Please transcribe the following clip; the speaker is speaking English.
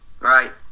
right